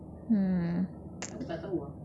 hmm